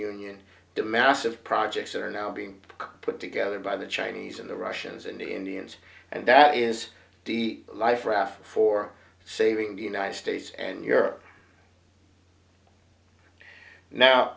union to massive projects that are now being put together by the chinese and the russians and indians and that is the life raft for saving the united states and europe now